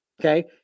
okay